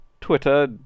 twitter